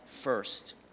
first